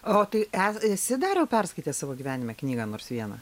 o tai e esi perskaitęs savo gyvenime knygą nors vieną